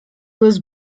was